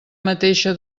mateixa